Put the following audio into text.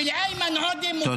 ולאיימן עודה מותר להגיד,